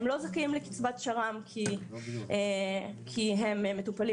הם לא זכאים לקצבת שר"ם כי הם מטופלים